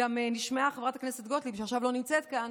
נשמעה גם חברת הכנסת גוטליב, שעכשיו לא נמצאת כאן,